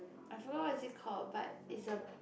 I forgot what is it called but is a